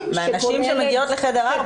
שכוללת --- מהנשים שמגיעות לחדר 4,